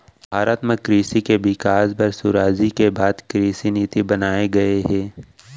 भारत म कृसि के बिकास बर सुराजी के बाद कृसि नीति बनाए गये हे